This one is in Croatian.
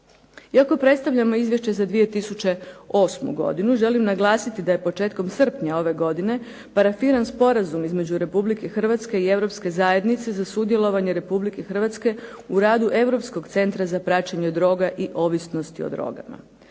Iako predstavljamo izvješće za 2008. godinu, želim naglasiti da je početkom srpnja ove godine parafiran sporazum između Republike Hrvatske i Europske zajednice za sudjelovanje Republike Hrvatske u radu Europskog centra za praćenje droga i ovisnosti o drogama.